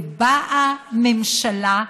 ובאה ממשלה,